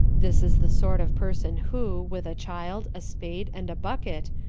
this is the sort of person who, with a child, a spade, and a bucket,